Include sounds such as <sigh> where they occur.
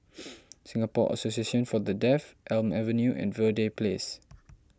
<noise> Singapore Association for the Deaf Elm Avenue and Verde Place